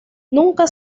nunca